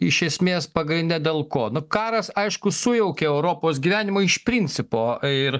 iš esmės pagrinde dėl ko nu karas aišku sujaukė europos gyvenimą iš principo ir